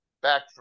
back